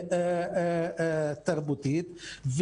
תרבותית.